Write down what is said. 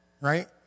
Right